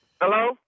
Hello